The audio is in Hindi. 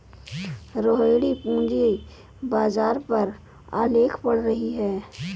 रोहिणी पूंजी बाजार पर आलेख पढ़ रही है